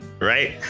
Right